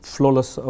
Flawless